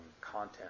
content